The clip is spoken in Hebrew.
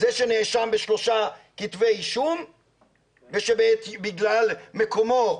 זה שנאשם בשלושה כתבי אישום ושבגלל מקומו,